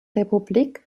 republik